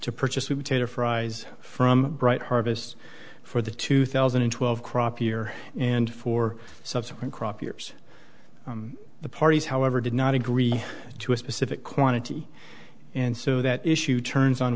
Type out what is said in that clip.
to purchase with potato fries from bright harvest for the two thousand and twelve crop year and for subsequent crop years the parties however did not agree to a specific quantity and so that issue turns on